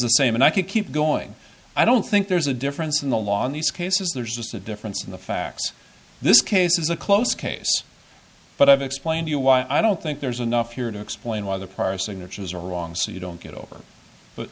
the same and i could keep going i don't think there's a difference in the law in these cases there's just a difference in the facts this case is a close case but i've explained you why i don't think there's enough here to explain why the parsing arches are wrong so you don't get over